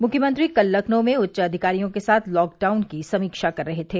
मुख्यमंत्री कल लखनऊ में उच्चाधिकारियों के साथ लॉकडाउन की समीक्षा कर रहे थे